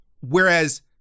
Whereas